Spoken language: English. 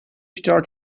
start